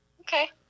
okay